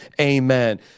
amen